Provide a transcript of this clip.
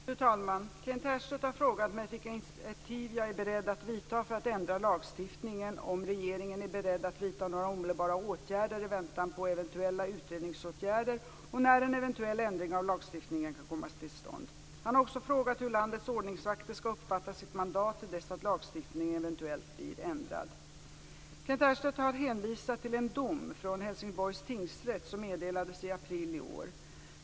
Fru talman! Kent Härstedt har frågat mig vilka initiativ jag är beredd att vidta för att ändra lagstiftningen, om regeringen är beredd att vidta några omedelbara åtgärder i väntan på eventuella utredningsåtgärder och när en eventuell ändring av lagstiftningen kan komma till stånd. Han har också frågat hur landets ordningsvakter skall uppfatta sitt mandat till dess att lagstiftningen eventuellt blir ändrad. Kent Härstedt har hänvisat till en dom från Helsingborgs tingsrätt som meddelades i april i år.